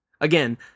Again